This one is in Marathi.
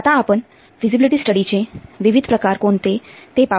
आता आपण फिझिबिलिटी स्टडीचे विविध प्रकार कोणते ते पाहू